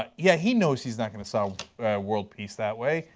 ah yeah he knows he is not going to solve world peace that way,